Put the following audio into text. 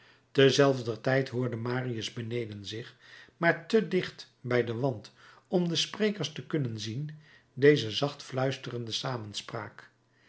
terzelfder tijd hoorde marius beneden zich maar te dicht bij den wand om de sprekers te kunnen zien deze zacht gefluisterde samenspraak